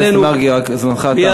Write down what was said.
שמו עלינו, חבר הכנסת מרגי, זמנך תם.